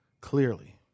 clearly